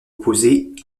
opposées